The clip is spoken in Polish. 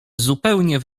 zupełnie